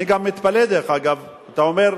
אני גם מתפלא, דרך אגב, אתה אומר,